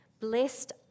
Blessed